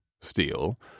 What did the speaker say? steel